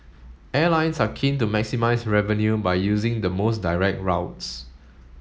airlines are keen to maximise revenue by using the most direct routes